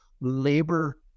labor